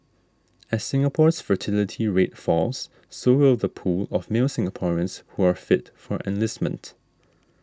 as Singapore's fertility rate falls so will the pool of male Singaporeans who are fit for enlistment